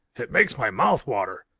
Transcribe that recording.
it makes my mouth water.